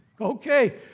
Okay